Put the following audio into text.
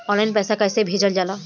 Online पैसा कैसे भेजल जाला?